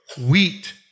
wheat